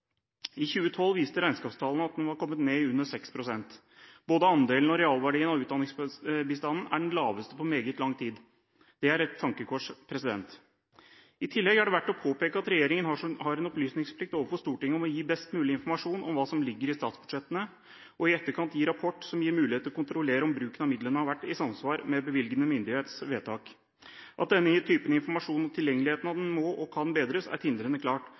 I 2012 viste regnskapstallene at den var kommet ned i under 6 pst. Både andelen og realverdien av utdanningsbistanden er den laveste på meget lang tid. Det er et tankekors. I tillegg er det verdt å påpeke at regjeringen har en opplysningsplikt overfor Stortinget om å gi best mulig informasjon om hva som ligger i statsbudsjettene, og i etterkant gi rapport som gir mulighet til å kontrollere om bruken av midlene har vært i samsvar med bevilgende myndighets vedtak. At denne typen informasjon og tilgjengeligheten av den må og kan bedres, er tindrende klart,